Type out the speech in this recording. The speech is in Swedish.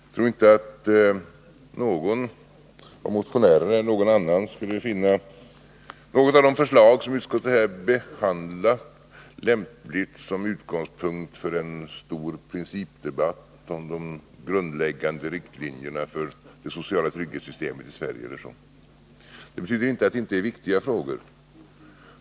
Jag tror inte att någon av motionärerna eller någon annan skulle finna något av de förslag som utskottet har behandlat lämpligt som utgångspunkt t.ex. för en stor principdebatt om de grundläggande riktlinjerna för det sociala trygghetssystemet i Sverige. Det betyder inte att dessa frågor inte är viktiga.